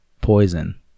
poison